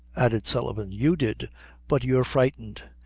added sullivan you did but you're frightened.